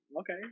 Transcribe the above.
okay